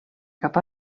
cap